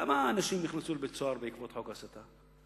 כמה אנשים נכנסו לבית-הסוהר בעקבות חוק ההסתה?